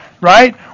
Right